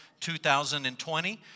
2020